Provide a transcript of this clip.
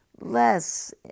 less